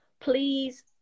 please